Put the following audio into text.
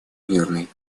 мирной